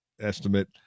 estimate